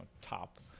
top